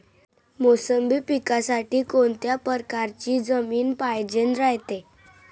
मोसंबी पिकासाठी कोनत्या परकारची जमीन पायजेन रायते?